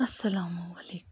اَسَلامُ علیکُم